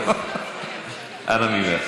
אנא ממך.